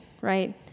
right